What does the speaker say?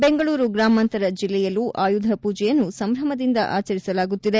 ಬೆಂಗಳೂರು ಗ್ರಾಮಾಂತರ ಜಿಲ್ಲೆಯಲ್ಲೂ ಆಯುಧ ಪೂಜೆಯನ್ನು ಸಂಭ್ರಮದಿಂದ ಆಚರಿಸಲಾಗುತ್ತಿದೆ